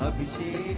ah pc